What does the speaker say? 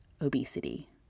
obesity